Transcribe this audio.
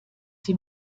sie